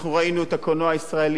אנחנו ראינו את הקולנוע הישראלי,